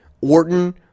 Orton